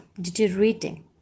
deteriorating